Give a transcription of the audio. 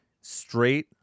straight